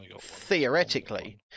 Theoretically